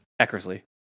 Eckersley